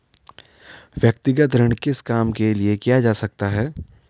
व्यक्तिगत ऋण किस काम के लिए किया जा सकता है?